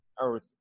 Earth